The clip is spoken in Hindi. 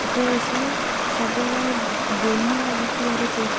तो ऐसे सब बोलने लगे कि अरे प्रेसर